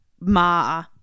Ma